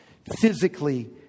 Physically